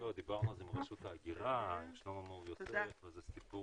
להכרזה על מצב חירום.